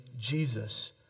Jesus